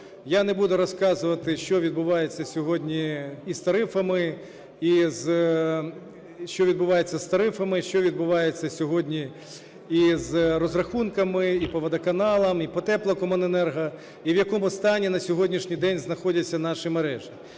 із тарифами, із… що відбувається з тарифами, що відбувається сьогодні із розрахунками і по водоканалам, і по теплокомуненерго, і в якому стані на сьогоднішній день знаходяться наші мережі.